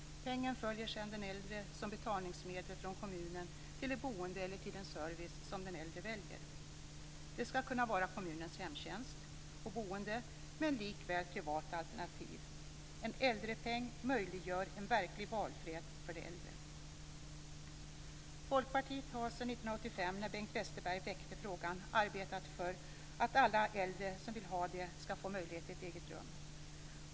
Pengen följer sedan den äldre som betalningsmedel från kommunen till det boende eller till den service som den äldre väljer. Det skall kunna vara kommunens hemtjänst och boende men lika väl privata alternativ. En äldrepeng möjliggör en verklig valfrihet för de äldre. Folkpartiet har sedan 1985, när Bengt Westerberg väckte frågan, arbetat för att alla äldre som vill ha det skall få möjlighet till ett eget rum.